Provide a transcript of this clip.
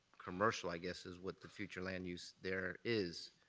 commercial, i guess, is what the future land use there is.